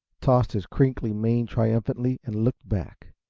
tossed his crinkly mane triumphantly and looked back.